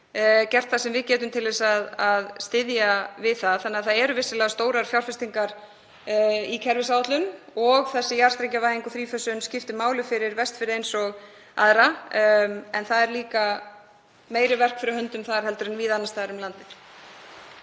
gert það sem við getum til að styðja við það þannig að það eru vissulega stórar fjárfestingar í kerfisáætlun og jarðstrengjavæðingin og þrífösunin skiptir máli fyrir Vestfirði eins og aðra. En þar er líka meira verk fyrir höndum en víða annars staðar um landið.